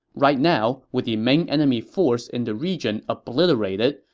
right now, with the main enemy force in the region obliterated,